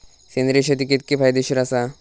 सेंद्रिय शेती कितकी फायदेशीर आसा?